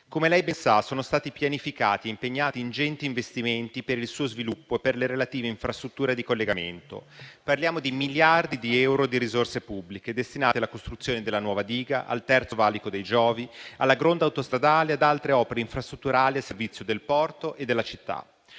Come lei ben sa, sono stati pianificati e impegnati ingenti investimenti per il suo sviluppo e per le relative infrastrutture di collegamento. Parliamo di miliardi di euro di risorse pubbliche destinati alla costruzione della nuova diga, al Terzo Valico dei Giovi, alla gronda autostradale e ad altre opere infrastrutturali al servizio del porto e della città.